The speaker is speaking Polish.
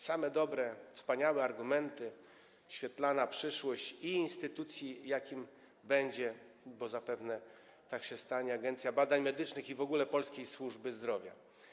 Same dobre, wspaniałe argumenty, świetlana przyszłość instytucji, jaką będzie, bo zapewne tak się stanie, Agencja Badań Medycznych, i w ogóle polskiej służby zdrowia.